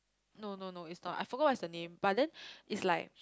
no no no it's not I forgot what is the name but then is like